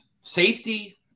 safety